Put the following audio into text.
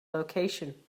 location